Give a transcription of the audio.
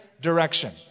direction